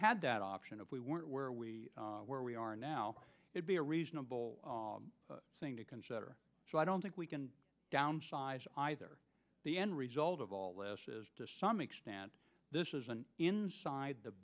had that option if we weren't where we where we are now would be a reasonable thing to consider so i don't think we can downsize either the end result of all this is to some extent this is an inside the